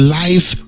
life